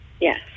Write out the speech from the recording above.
Yes